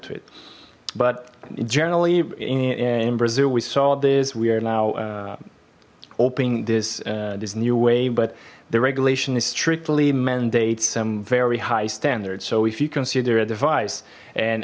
to it but generally in brazil we saw this we are now hoping this this new way but the regulation is strictly mandates some very high standards so if you consider a device and